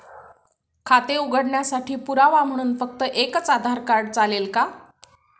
खाते उघडण्यासाठी पुरावा म्हणून फक्त एकच आधार कार्ड चालेल का?